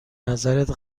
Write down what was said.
نظرت